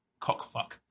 cockfuck